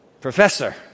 professor